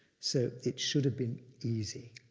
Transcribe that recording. so it should have been easy.